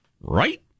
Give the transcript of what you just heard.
Right